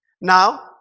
Now